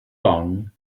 long